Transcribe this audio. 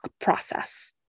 process